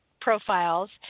profiles